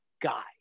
guy